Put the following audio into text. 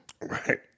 right